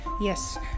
yes